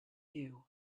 you